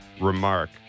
remark